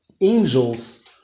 angels